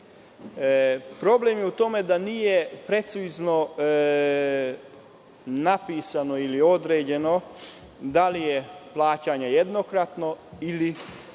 problem je u tome što nije precizno napisano ili određeno da li je jednokratno